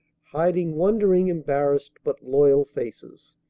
hiding wondering, embarrassed, but loyal faces.